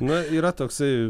na yra toksai